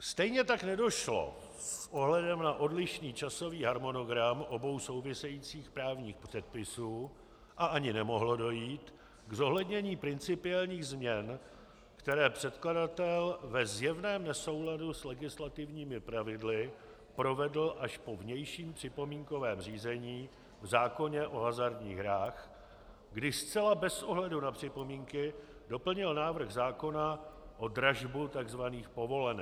Stejně tak nedošlo s ohledem odlišný časový harmonogram obou souvisejících právních předpisů, a ani nemohlo dojít, k zohlednění principiálních změn, které předkladatel ve zjevném nesouladu s legislativními pravidly provedl až po vnějším připomínkovém řízení v zákoně o hazardních hrách, kdy zcela bez ohledu na připomínky doplnil návrh zákona o dražbu tzv. povolenek.